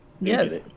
Yes